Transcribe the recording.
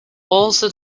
also